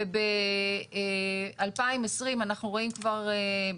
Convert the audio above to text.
וב-2020 אנחנו רואים כבר,